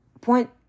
point